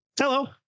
hello